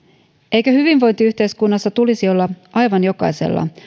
eikö hyvinvointiyhteiskunnassa tulisi olla aivan jokaisella